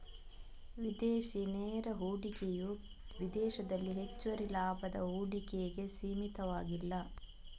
ವಿದೇಶಿ ನೇರ ಹೂಡಿಕೆಯು ವಿದೇಶದಲ್ಲಿ ಹೆಚ್ಚುವರಿ ಲಾಭದ ಹೂಡಿಕೆಗೆ ಸೀಮಿತವಾಗಿಲ್ಲ